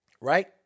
Right